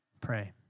Pray